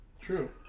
True